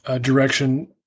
Direction